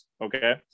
okay